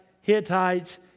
Hittites